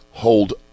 hold